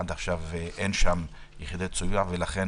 עד עכשיו אין שם יחידות סיוע, ולכן